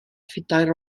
phedair